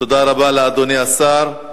תודה רבה לאדוני השר.